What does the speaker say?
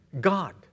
God